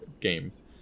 games